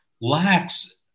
lacks